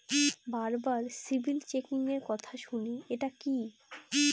বারবার সিবিল চেকিংএর কথা শুনি এটা কি?